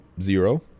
zero